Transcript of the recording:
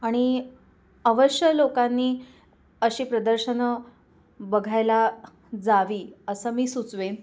आणि अवश्य लोकांनी अशी प्रदर्शनं बघायला जावी असं मी सुचवेन